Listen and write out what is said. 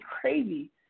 crazy